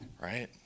right